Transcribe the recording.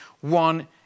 one